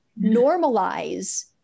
normalize